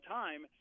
time